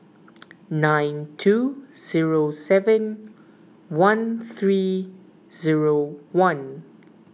nine two zero seven one three zero one